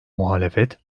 muhalefet